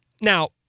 Now